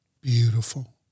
Beautiful